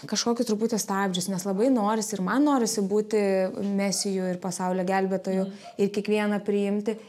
kažkokius truputį stabdžius nes labai norisi ir man norisi būti mesiju ir pasaulio gelbėtoju ir kiekvieną priimti